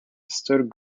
stood